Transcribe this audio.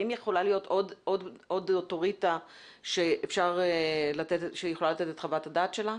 האם יכולה להיות עוד אוטוריטה שהיא יכולה לתת את חוות הדעת שלה?